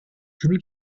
kübel